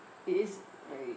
it is very